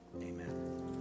amen